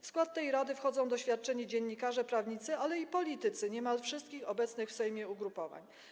W skład tej rady wchodzą doświadczeni dziennikarze, prawnicy, ale i politycy niemal wszystkich obecnych w Sejmie ugrupowań.